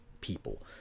people